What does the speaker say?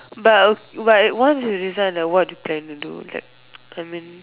but but if once you resign right what you planning to do like I mean